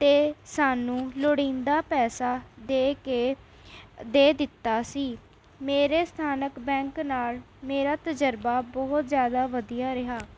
ਅਤੇ ਸਾਨੂੰ ਲੋੜੀਂਦਾ ਪੈਸਾ ਦੇ ਕੇ ਦੇ ਦਿੱਤਾ ਸੀ ਮੇਰੇ ਸਥਾਨਕ ਬੈਂਕ ਨਾਲ਼ ਮੇਰਾ ਤਜ਼ਰਬਾ ਬਹੁਤ ਜ਼ਿਆਦਾ ਵਧੀਆ ਰਿਹਾ